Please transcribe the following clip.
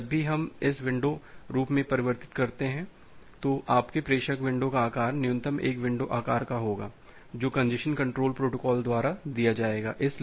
इसलिए जब भी हम इसे विंडो रूप में परिवर्तित करते हैं तो आपके प्रेषक विंडो का आकार न्यूनतम एक विंडो आकार का होगा जो कि कंजेशन कंट्रोल प्रोटोकॉल द्वारा दिया जाएगा